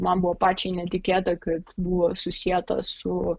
man buvo pačiai netikėta kad buvo susietos su